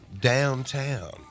downtown